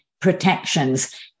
protections